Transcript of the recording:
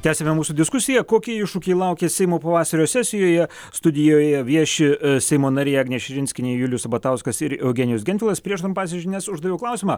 tęsiame mūsų diskusiją kokie iššūkiai laukia seimo pavasario sesijoje studijoje vieši seimo nariai agnė širinskienė julius sabatauskas ir eugenijus gentvilas prieš tampantis žinias uždaviau klausimą